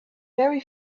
very